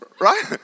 right